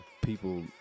people